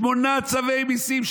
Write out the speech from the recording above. שמונה צווי מיסים,